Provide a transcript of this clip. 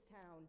Town